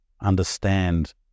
understand